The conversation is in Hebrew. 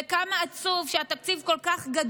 וקיצרתם לנו את יום הלימודים,